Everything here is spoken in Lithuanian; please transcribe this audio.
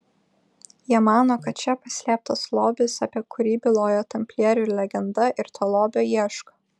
jie mano kad čia paslėptas lobis apie kurį byloja tamplierių legenda ir to lobio ieško